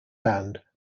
band